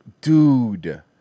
Dude